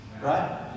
Right